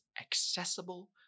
accessible